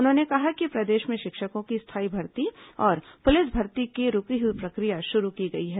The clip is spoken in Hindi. उन्होंने कहा कि प्रदेश में शिक्षकों की स्थायी भर्ती और पुलिस भर्ती की रूकी हुई प्रक्रिया शुरू की गई है